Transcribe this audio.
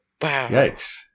Yikes